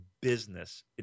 business